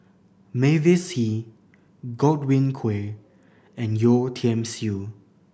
Mavis Hee Godwin Koay and Yeo Tiam Siew